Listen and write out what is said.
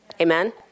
Amen